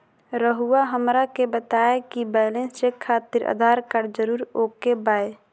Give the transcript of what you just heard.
रउआ हमरा के बताए कि बैलेंस चेक खातिर आधार कार्ड जरूर ओके बाय?